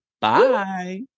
Bye